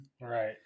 Right